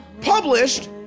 published